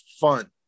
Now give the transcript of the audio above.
fun